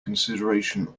consideration